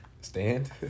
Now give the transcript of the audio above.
Stand